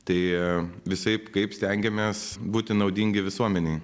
tai visaip kaip stengiamės būti naudingi visuomenei